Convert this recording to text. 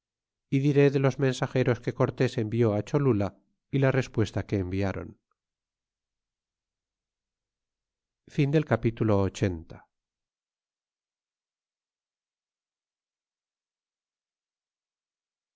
y diré de los mensageros que cortés envió cholula y la respuesta que environ capitulo